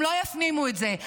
הם לא יפנימו את זה.